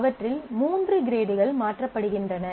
அவற்றில் மூன்று கிரேடுகள் மாற்றப்படுகின்றன